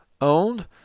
Owned